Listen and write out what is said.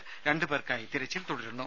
മറ്റു രണ്ടു പേർക്കായി തിരച്ചിൽ തുടരുന്നു